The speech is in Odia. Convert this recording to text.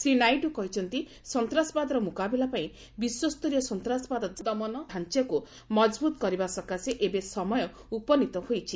ଶ୍ରୀ ନାଇଡୁ କହିଛନ୍ତି ସନ୍ତାସବାଦର ମୁକାବିଲାପାଇଁ ବିଶ୍ୱସ୍ତରୀୟ ସନ୍ତାସବାଦ ଦମନ ଢାଞ୍ଚାକୁ ମଜବୁତ୍ କରିବା ସକାଶେ ଏବେ ସମୟ ଉପନୀତ ହୋଇଛି